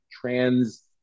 trans